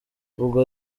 ubwo